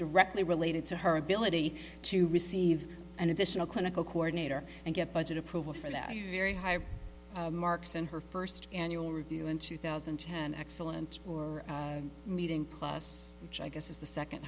directly related to her ability to receive an additional clinical coordinator and get budget approval for that very high marks in her first annual review in two thousand and ten excellent meeting class which i guess is the second